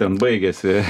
ten baigiasi